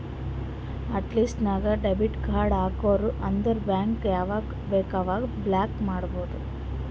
hot list ನಾಗ್ debit card ಹಾಕುರ್ ಅಂದುರ್ ಬ್ಯಾಂಕ್ ಯಾವಾಗ ಬೇಕ್ ಅವಾಗ ಬ್ಲಾಕ್ ಮಾಡ್ಬೋದು